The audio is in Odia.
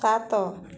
ସାତ